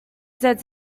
said